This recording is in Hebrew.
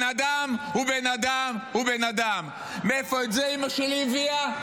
מאיפה אימא שלי הביאה את זה?